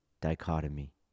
dichotomy